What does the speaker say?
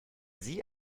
sie